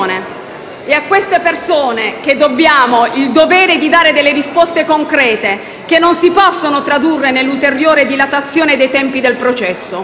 È a queste persone che abbiamo il dovere di dare delle risposte concrete, che non si possono tradurre nell'ulteriore dilatazione dei tempi del processo.